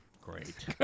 Great